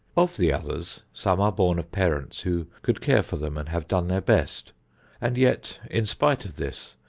of the others, some are born of parents who could care for them and have done their best and yet, in spite of this,